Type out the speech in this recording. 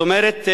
זאת אומרת,